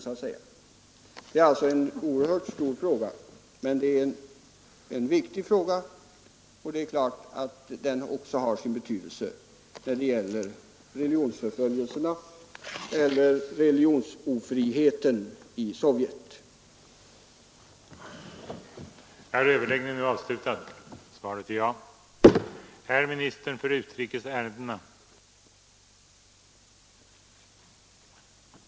Konventionen gäller alltså en oerhört stor fråga, och det är klart att den också har sin betydelse i fråga om religionsförföljelserna eller religionsofriheten i Sovjetunionen.